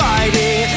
Fighting